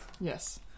yes